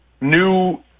new